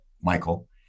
Michael